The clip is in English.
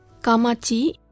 Kamachi